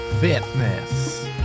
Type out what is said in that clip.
fitness